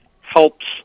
helps